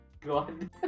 God